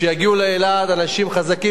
שיגיעו לאילת אנשים חזקים,